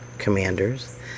Commanders